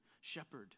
shepherd